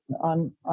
on